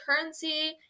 currency